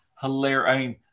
hilarious